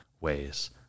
ways